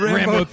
Rambo